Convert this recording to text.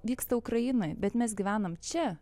vyksta ukrainoj bet mes gyvenam čia